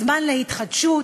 זמן להתחדשות,